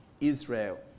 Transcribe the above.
Israel